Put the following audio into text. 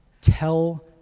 tell